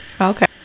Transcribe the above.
Okay